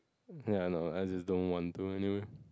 ya no no as in don't want to anyway